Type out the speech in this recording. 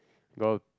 got